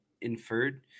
inferred